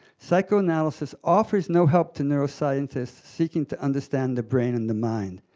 psychoanalysis offers no help to neuroscientists seeking to understand the brain and the mind,